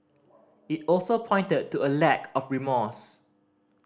it also pointed to a lack of remorse